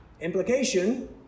Implication